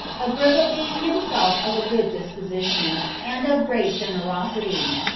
agrippa being himself of a good disposition, and of great generosity,